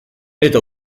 eta